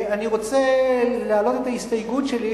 אני רוצה להעלות את ההסתייגות שלי,